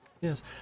Yes